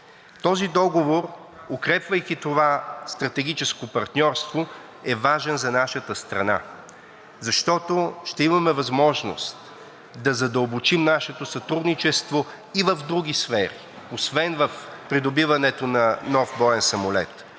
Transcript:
Този договор, укрепвайки това стратегическо партньорство, е важен за нашата страна, защото ще имаме възможност да задълбочим нашето сътрудничество и в други сфери освен в придобиването на нов боен самолет.